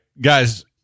guys